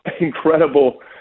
incredible